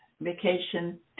vacation